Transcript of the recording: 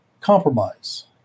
compromise